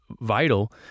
vital